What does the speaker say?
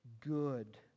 good